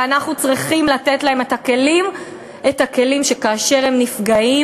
ואנחנו צריכים לתת להם את הכלים שכאשר הם נפגעים,